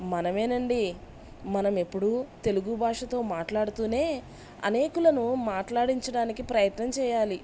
మనమేనండీ మనం ఎప్పుడూ తెలుగు భాషతో మాట్లాడుతూనే అనేకులను మాట్లాడించడానికి ప్రయత్నం చేయాలి